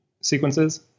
sequences